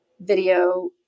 video